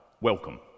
Welcome